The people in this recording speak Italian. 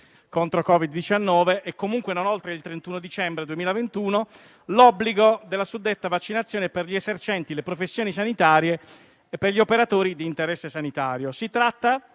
contro il Covid-19 e, comunque, non oltre il 31 dicembre 2021, l'obbligo della suddetta vaccinazione per gli esercenti le professioni sanitarie e per gli operatori di interesse sanitario. Si tratta,